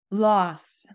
Loss